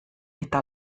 eta